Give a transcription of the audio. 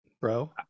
bro